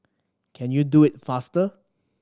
can you do it faster